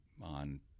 on